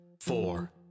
four